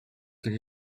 could